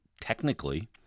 technically